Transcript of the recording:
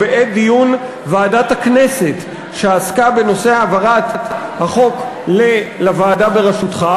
בעת דיון ועדת הכנסת שעסקה בנושא העברת החוק לוועדה בראשותך,